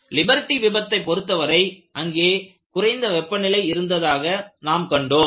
Liberty விபத்தைப் பொருத்தவரை அங்கே குறைந்த வெப்பநிலை இருந்ததாக நாம் கண்டோம்